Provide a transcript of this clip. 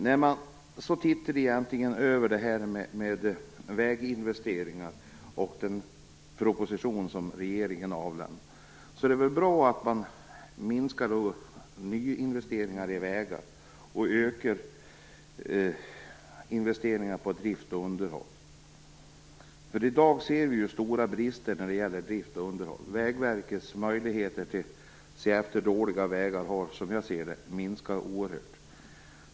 När det sedan gäller det här med väginvesteringar och den proposition som regeringen avlämnat är det bra att man minskar nyinvesteringar i vägar och ökar investeringarna i drift och underhåll. I dag ser vi stora brister på dessa områden. Vägverkets möjligheter att se efter dåliga vägar har minskat oerhört, som jag ser det.